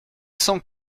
cent